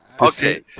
Okay